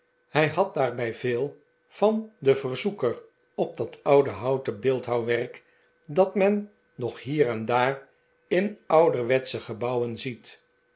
hij had daarbij veel van den verzoeker op dat oude houten beeldhouwwerk dat men nog hier en daar in ouderwetsche gebouwen ziet